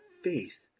faith